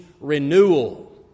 renewal